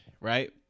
right